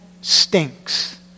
stinks